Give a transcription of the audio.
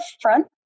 front